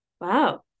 wow